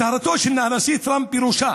הצהרתו של הנשיא טראמפ פירושה